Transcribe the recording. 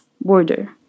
border